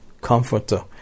Comforter